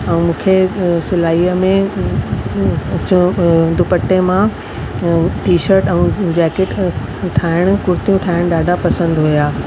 ऐं मूंखे सिलाईअ में अच दुपटे मां टीशट ऐं जेकेट ठाहिणु कुर्तियूं ठाहिणु ॾाढा पसंदि हुया